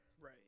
right